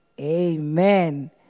Amen